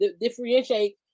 differentiate